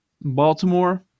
Baltimore